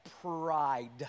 pride